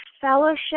fellowship